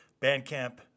Bandcamp